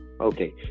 okay